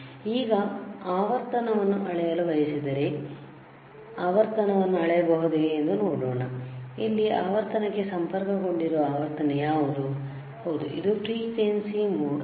ಈಗಆವರ್ತನವನ್ನುಅಳೆಯಲು ಬಯಸಿದರೆ ಆವರ್ತನವನ್ನು ಅಳೆಯಬಹುದೇ ಎಂದು ನೋಡೋಣ ಇಲ್ಲಿ ಆವರ್ತನಕ್ಕೆ ಸಂಪರ್ಕಗೊಂಡಿರುವ ಆವರ್ತನ ಯಾವುದು ಹೌದು ಇದು ಪ್ರಿಕ್ವೆಂಸಿ ಮೋಡ್ ಆಗಿದೆ